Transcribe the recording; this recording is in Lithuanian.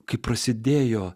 kai prasidėjo